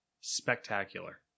Spectacular